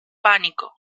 pánico